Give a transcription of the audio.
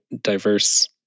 diverse